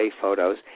photos